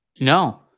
No